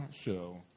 show